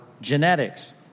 genetics